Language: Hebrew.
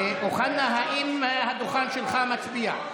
אוחנה, האם הדוכן שלך מצביע?